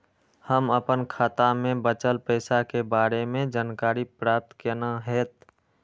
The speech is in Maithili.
हम अपन खाता में बचल पैसा के बारे में जानकारी प्राप्त केना हैत?